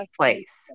place